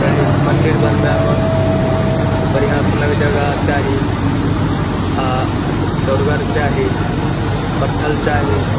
कहीँ मन्दिर बनबएमे बढ़िऑं सनक जगह चाही आ दौड़गर चाही पत्थल चाही